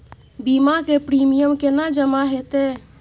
बीमा के प्रीमियम केना जमा हेते?